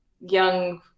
young